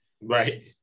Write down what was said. Right